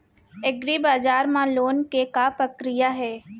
एग्रीबजार मा लोन के का प्रक्रिया हे?